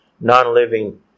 non-living